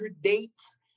dates